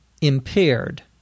impaired